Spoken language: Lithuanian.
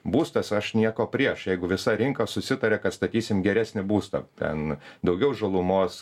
būstas aš nieko prieš jeigu visa rinka susitaria kad statysim geresnį būstą ten daugiau žalumos